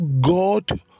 God